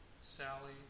Sally